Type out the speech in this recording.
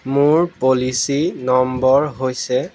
মোৰ policy number হৈছে